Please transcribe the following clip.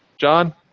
John